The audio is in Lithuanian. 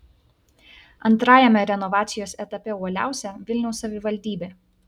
antrajame renovacijos etape uoliausia vilniaus savivaldybė